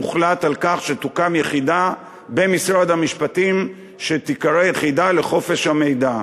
הוחלט שתוקם יחידה במשרד המשפטים שתיקרא "יחידה לחופש המידע".